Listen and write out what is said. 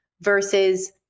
versus